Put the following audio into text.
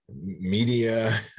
media